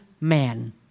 man